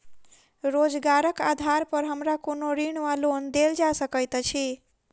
रोजगारक आधार पर हमरा कोनो ऋण वा लोन देल जा सकैत अछि?